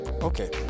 okay